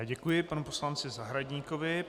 Děkuji panu poslanci Zahradníkovi.